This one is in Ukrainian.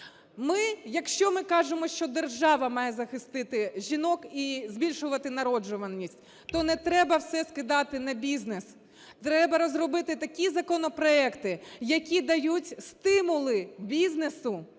якщо ми кажемо, що держава має захистити жінок і збільшувати народжуваність, то не треба все скидати на бізнес. Треба розробити такі законопроекти, які дають стимули бізнесу